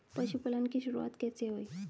पशुपालन की शुरुआत कैसे हुई?